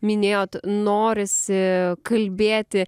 minėjot norisi kalbėti